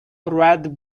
red